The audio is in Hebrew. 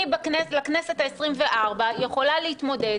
אני לכנסת העשרים-וארבע יכולה להתמודד